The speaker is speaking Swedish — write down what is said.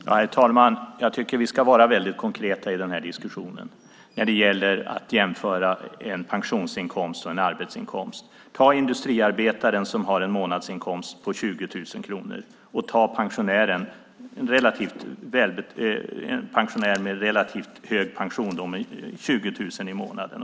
Herr talman! Jag tycker att vi ska vara väldigt konkreta i den här diskussionen när det gäller att jämföra en pensionsinkomst och en arbetsinkomst. Vi kan ta en industriarbetare som har en månadsinkomst på 20 000 kronor och en pensionär med relativt hög pension på 20 000 kronor.